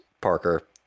Parker